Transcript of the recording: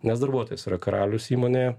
nes darbuotojas yra karalius įmonėje